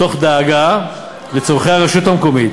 תוך דאגה לצורכי הרשות המקומית.